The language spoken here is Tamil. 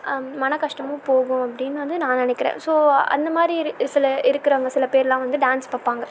மன கஷ்டமும் போகும் அப்படின்னு வந்து நான் நினைக்கிறேன் ஸோ அந்த மாதிரி இருக் இருக்குறவங்க சில பேர்லாம் வந்து டான்ஸ் பார்ப்பாங்க